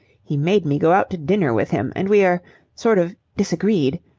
he made me go out to dinner with him and we er sort of disagreed.